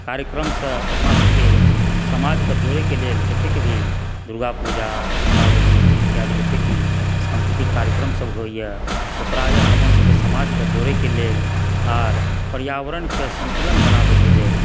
कार्यक्रमसँ अपना सबकेँ समाजकेँ जोड़ऽके लेल जतेक भी दुर्गा पूजा दीपावली इत्यादि जतेक भी सांस्कृतिक कार्यक्रम सब होइया ओ प्रायः अपन सबकेँ समाजमे जोड़ैके लेल और पर्यावरणके सन्तुलन बनावैके लेल